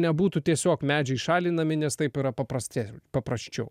nebūtų tiesiog medžiai šalinami nes taip yra paprasčiau